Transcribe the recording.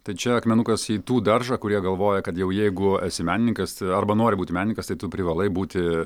tai čia akmenukas į tų daržą kurie galvoja kad jau jeigu esi menininkas arba nori būti menininkas tai tu privalai būti